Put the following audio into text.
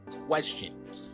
question